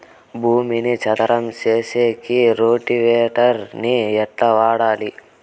భూమిని చదరం సేసేకి రోటివేటర్ ని ఎట్లా వాడుతారు?